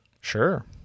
Sure